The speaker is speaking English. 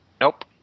Nope